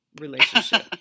relationship